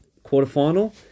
quarterfinal